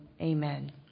Amen